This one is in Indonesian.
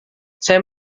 saya